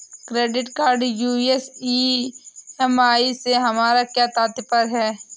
Credit card US EMI से हमारा क्या तात्पर्य है?